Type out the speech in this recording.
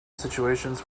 situations